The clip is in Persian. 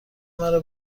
مرا